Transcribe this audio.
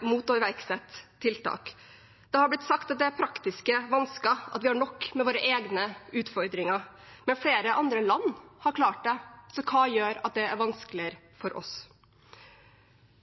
mot å iverksette tiltak. Det er blitt sagt at det er praktiske vansker, at vi har nok med våre egne utfordringer. Men flere andre land har klart det, så hva gjør at det er vanskeligere for oss?